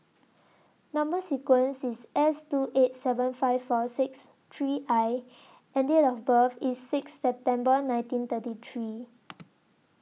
Number sequence IS S two eight seven five four six three I and Date of birth IS six September nineteen thirty three